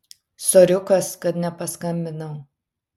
soriukas kad nepaskambinau